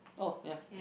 oh ya